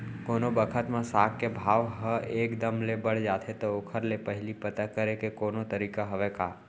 कोनो बखत म साग के भाव ह एक दम ले बढ़ जाथे त ओखर ले पहिली पता करे के कोनो तरीका हवय का?